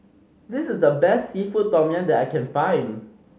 this is the best seafood tom yum that I can find